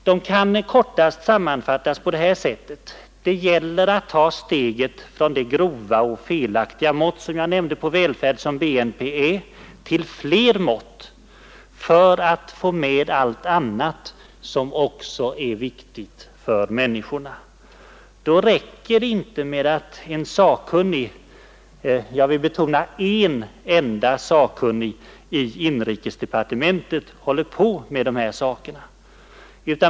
De kan kortast sammanfattas på detta sätt: Det gäller att ta steget från det grova och felaktiga mått på välfärd, som BNP är, till flera mått för att få med allt annat som också är viktigt för människorna. Då räcker det inte med att en sakkunnig — jag vill betona en enda — i inrikesdepartementet håller på med dessa saker.